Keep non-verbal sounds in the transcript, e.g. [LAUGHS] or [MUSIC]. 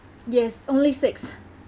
yes only six [LAUGHS]